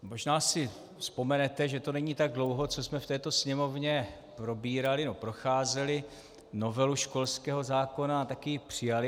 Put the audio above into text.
Možná si vzpomenete, že to není tak dlouho, co jsme v této Sněmovně probírali nebo procházeli novelu školského zákona a taky ji přijali.